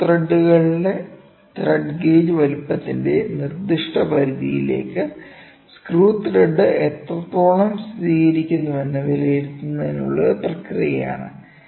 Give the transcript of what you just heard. screw ത്രെഡുകളുടെ thread gauge വലുപ്പത്തിന്റെ നിർദ്ദിഷ്ട പരിധിയിലേക്ക് സ്ക്രൂ ത്രെഡ് എത്രത്തോളം സ്ഥിരീകരിക്കുന്നുവെന്ന് വിലയിരുത്തുന്നതിനുള്ള ഒരു പ്രക്രിയയാണ്